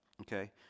Okay